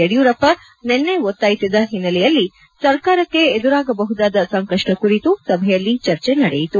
ಯಡಿಯೂರಪ್ಪ ನಿನ್ನೆ ಒತ್ತಾಯಿಸಿದ ಒನ್ನೆಲೆಯಲ್ಲಿ ಸರ್ಕಾರಕ್ಕೆ ಎದುರಾಗಬಹುದಾದ ಸಂಕಷ್ಟ ಕುರಿತು ಸಭೆಯಲ್ಲಿ ಚರ್ಚೆ ನಡೆಯಿತು